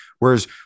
Whereas